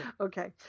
okay